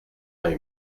vingt